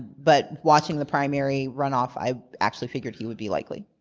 but watching the primary runoff, i actually figured he would be likely.